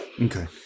Okay